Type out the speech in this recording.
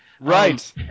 Right